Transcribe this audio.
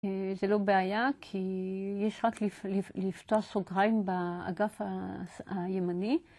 זה לא בעיה כי יש רק לפתוח סוגריים באגף הימני.